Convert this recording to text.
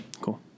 Cool